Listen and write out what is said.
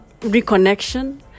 reconnection